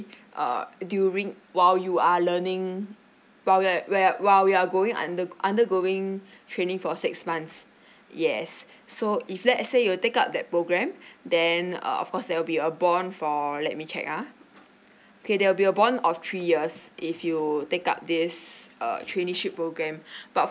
uh during while you are learning while where where at while we are going under undergoing training for six months yes so if let's say you take up that programme then uh of course there will be a bond for let me check ah okay there will be a bond of three years if you take up this err traineeship programme but